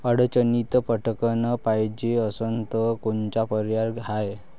अडचणीत पटकण पायजे असन तर कोनचा पर्याय हाय?